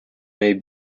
may